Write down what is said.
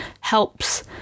helps